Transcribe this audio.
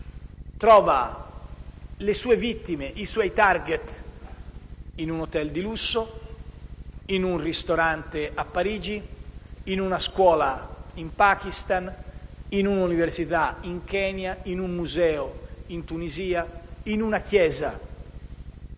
trova le sue vittime e i suoi *target* in un hotel di lusso, in un ristorante a Parigi, in una scuola in Pakistan, in un'università in Kenia, in un museo in Tunisia, in una chiesa